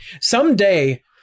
someday